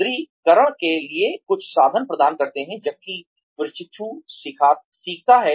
सुदृढीकरण के लिए कुछ साधन प्रदान करते हैं जबकि प्रशिक्षु सीखता है